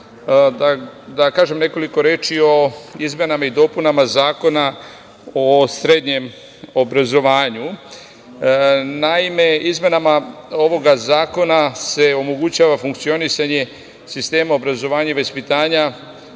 da kažem nekoliko reči o izmenama i dopunama Zakona o srednjem obrazovanju. Naime, izmenama ovoga zakona se omogućava funkcionisanje sistema obrazovanja i vaspitanja